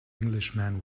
englishman